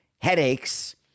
headaches